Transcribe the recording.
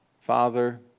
Father